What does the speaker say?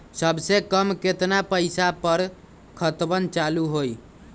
सबसे कम केतना पईसा पर खतवन चालु होई?